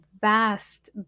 vast